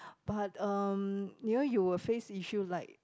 but um you know will face issue like